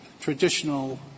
traditional –